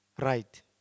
right